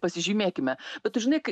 pasižymėkime bet tu žinai kai